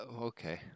okay